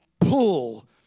pull